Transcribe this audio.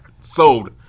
Sold